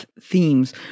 themes